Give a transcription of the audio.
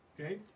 Okay